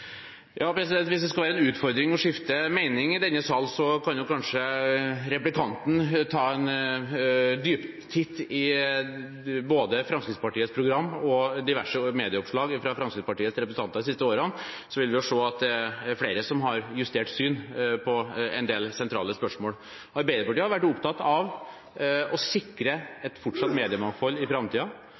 Hvis det skulle være en utfordring å skifte mening i denne sal, kan jo kanskje replikanten ta et dypdykk både i Fremskrittspartiets program og i diverse medieoppslag fra Fremskrittspartiets representanter de siste årene, og han vil se at det er flere som har justert syn på en del sentrale spørsmål. Arbeiderpartiet har vært opptatt av å sikre et fortsatt mediemangfold i